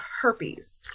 herpes